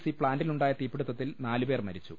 C പ്ലാന്റിലു ണ്ടായ തീപിടുത്തിൽ നാലുപേർ മരിച്ചു